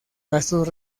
gastos